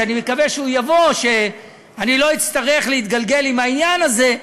שאני מקווה שהוא יבוא ושאני לא אצטרך להתגלגל עם העניין הזה,